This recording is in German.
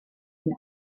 ihn